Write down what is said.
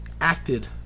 acted